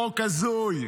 חוק הזוי.